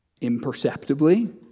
imperceptibly